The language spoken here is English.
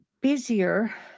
busier